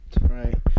right